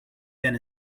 then